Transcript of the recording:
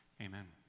Amen